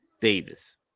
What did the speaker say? Davis